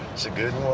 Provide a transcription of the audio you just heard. it's a good one.